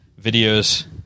videos